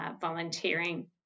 volunteering